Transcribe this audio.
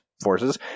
forces